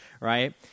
right